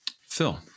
Phil